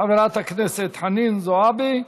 חברת הכנסת חנין זועבי,